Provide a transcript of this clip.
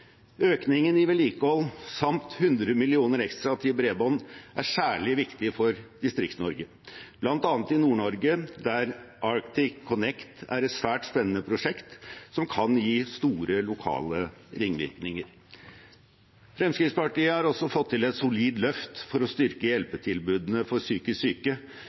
Økningen i vedlikehold samt 100 mill. kr ekstra til bredbånd er særlig viktig for Distrikts-Norge, bl.a. i Nord-Norge, der Arctic Connect er et svært spennende prosjekt som kan gi store lokale ringvirkninger. Fremskrittspartiet har også fått til et solid løft for å styrke hjelpetilbudene for psykisk syke,